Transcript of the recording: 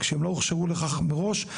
כשהם לא הוכשרו לכך מראש.